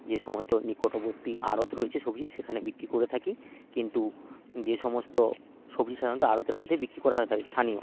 যে সমস্ত নিকটবর্তী আরত রয়েছে সবজির সেখানে বিক্রি করে থাকি কিন্তু যে সমস্ত সবজি সাধারণত আরতের মধ্যেই বিক্রি করা হয়ে থাকে স্থানীয়